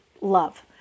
love